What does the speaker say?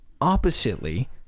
Oppositely